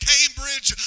Cambridge